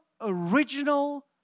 original